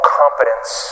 competence